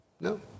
No